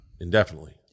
Indefinitely